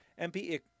MP